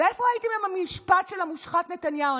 ואיפה הייתם עם המשפט של ה"מושחת" נתניהו,